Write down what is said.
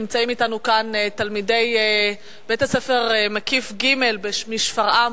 נמצאים אתנו כאן תלמידי בית-הספר מקיף ג' בשפרעם.